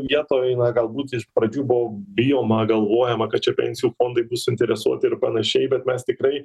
vietoj na galbūt iš pradžių buvo bijoma galvojama kad čia pensijų fondai bus suinteresuoti ir panašiai bet mes tikrai